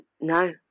No